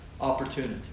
opportunity